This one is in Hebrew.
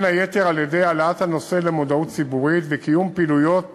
בין היתר על-ידי העלאת הנושא למודעות ציבורית וקיום פעילויות